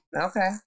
Okay